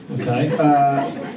Okay